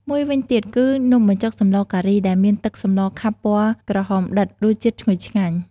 មួយវិញទៀតគឺ នំបញ្ចុកសម្លការី ដែលមានទឹកសម្លខាប់ពណ៌ក្រហមដិត រសជាតិឈ្ងុយឆ្ងាញ់ ។